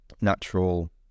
natural